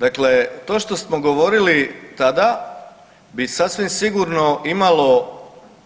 Dakle, to što smo govorili tada bi sasvim sigurno imalo